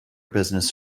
business